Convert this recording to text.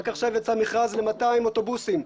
רק עכשיו יצא מכרז ל-200 אוטובוסים,